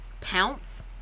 pounce